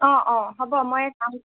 অঁ অঁ হ'ব মই এই চাম